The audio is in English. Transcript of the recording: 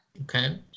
Okay